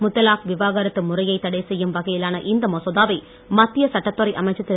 முத்தலாக் விவாகரத்து முறையை தடை செய்யும் வகையிலான இந்த மசோதாவை மத்திய சட்டத்துறை அமைச்சர் திரு